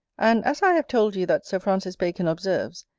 and as i have told you that sir francis bacon observes,